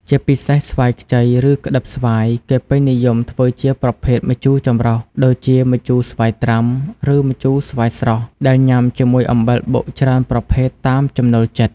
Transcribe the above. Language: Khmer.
ជាពិសេស ស្វាយខ្ចី ឬក្ដឹបស្វាយ គេពេញនិយមធ្វើជាប្រភេទម្ជូរចម្រុះ ដូចជាម្ជូរស្វាយត្រាំ ឬម្ជូរស្វាយស្រស់ ដែលញ៉ាំជាមួយអំបិលបុកច្រើនប្រភេទតាមចំណូលចិត្ត។